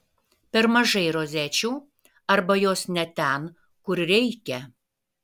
per mažai rozečių arba jos ne ten kur reikia